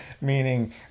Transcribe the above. Meaning